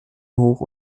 hoch